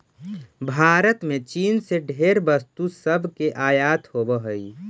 भारत में चीन से ढेर वस्तु सब के आयात होब हई